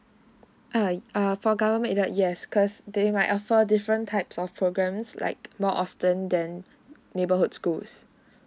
err err for government aided yes cause they might offer different types of programs like more often than neighbourhood schools